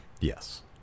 yes